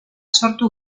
sortu